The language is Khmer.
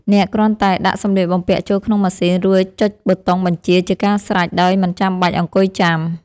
អ្នកគ្រាន់តែដាក់សម្លៀកបំពាក់ចូលក្នុងម៉ាស៊ីន រួចចុចប៊ូតុងបញ្ជាជាការស្រេចដោយមិនចាំបាច់អង្គុយចាំ។